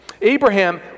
Abraham